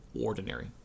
ordinary